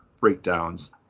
breakdowns